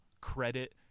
Credit